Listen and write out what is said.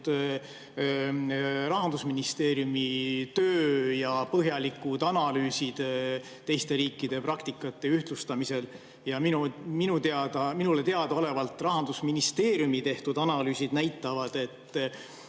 Rahandusministeeriumi töö ja põhjalikud analüüsid teiste riikide praktikate ühtlustamisel. Minule teadaolevalt näitavad Rahandusministeeriumi tehtud analüüsid, et